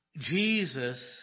Jesus